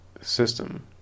system